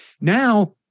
Now